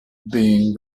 being